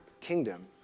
kingdom